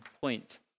point